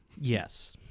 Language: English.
Yes